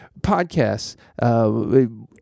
podcasts